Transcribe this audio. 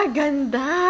ganda